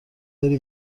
داری